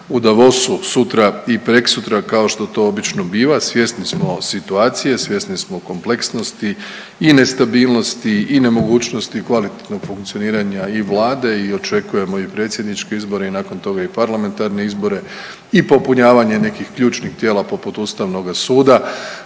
u Davosu sutra i preksutra kao što to obično biva svjesni smo situacije, svjesni smo kompleksnosti i nestabilnosti i nemogućnosti kvalitetnog funkcioniranja i Vlade i očekujemo i predsjedničke izbore i nakon toga i parlamentarne izbore i popunjavanje nekih ključnih tijela poput ustavnoga suda.